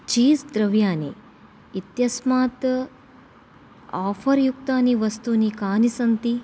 cheese द्रव्याणि इत्यस्मात् offer युक्तानि वस्तूनि कानि सन्ति